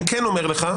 אני כן אומר לך,